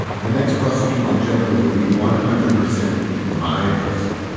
the next prosecutor general will be one hundred percent my person.